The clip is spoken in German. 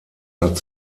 hat